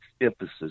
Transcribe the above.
emphasis